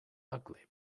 ugly